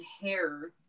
hair